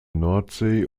nordsee